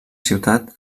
ciutat